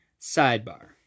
sidebar